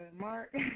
mark